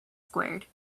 squared